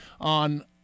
on